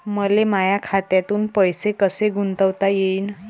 मले माया खात्यातून पैसे कसे गुंतवता येईन?